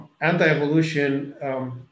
anti-evolution